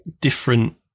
different